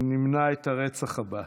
נמנע את הרצח הבא.